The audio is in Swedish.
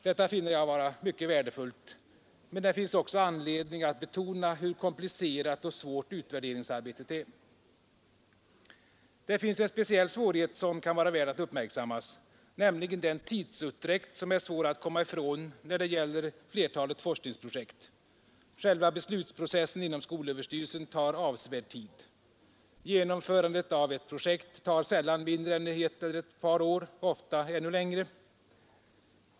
Detta finner jag vara mycket värdefullt, men det finns också anledning att betona hur komplicerat och svårt utvärderingsarbetet är. Det finns en speciell svårighet som kan vara värd att uppmärksamma, nämligen den tidsutdräkt som är svår att komma ifrån när det gäller flertalet forskningsprojekt. Själva beslutsprocessen inom skolöverstyrelsen tar avsevärd tid. Genomförandet av ett projekt tar sällan mindre än ett eller ett par år — ofta ännu längre tid.